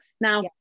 Now